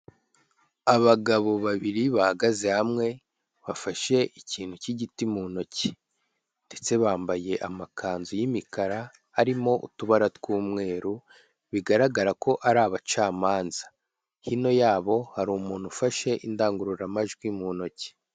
Abagabo babiri bahagaze hamwe, bafashe ikintu cy'igiti mu ntoki, ndetse bambaye amakanzu y'imikara, harimo utubara tw'umweru, bigaragara ko ari abacamanza, hino yabo hari umuntu ufashe indangururamajwi mu ntoki.